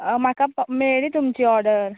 हय म्हाका मेळळी तुमची ऑर्डर